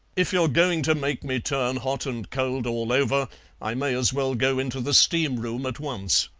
if you're going to make me turn hot and cold all over i may as well go into the steam room at once.